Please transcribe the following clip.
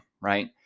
right